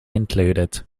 included